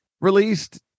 released